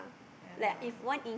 ya lah